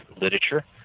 literature